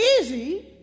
easy